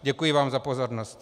Děkuji vám za pozornost.